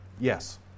Yes